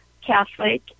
Catholic